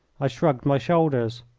i shrugged my shoulders.